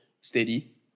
steady